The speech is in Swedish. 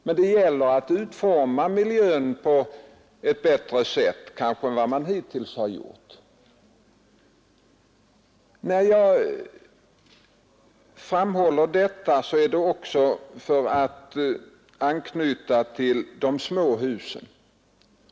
Men det gäller kanske att utforma miljön på ett bättre sätt än vad man hittills har gjort. När jag framhåller detta är det också för att anknyta till frågan om de små husen.